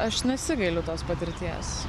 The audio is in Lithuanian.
aš nesigailiu tos patirties